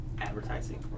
Advertising